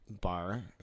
bar